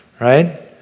right